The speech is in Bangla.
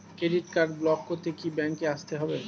ক্রেডিট কার্ড ব্লক করতে কি ব্যাংকে আসতে হবে?